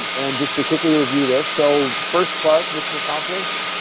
and just to quickly review this, so first part mission accomplished,